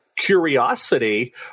curiosity